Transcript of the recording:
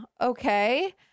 okay